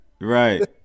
right